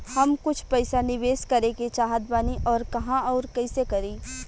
हम कुछ पइसा निवेश करे के चाहत बानी और कहाँअउर कइसे करी?